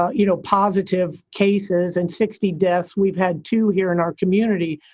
ah you know, positive cases and sixty deaths. we've had two here in our community.